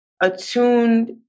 attuned